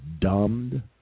dumbed